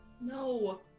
No